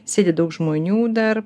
sėdi daug žmonių dar